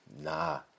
Nah